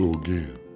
again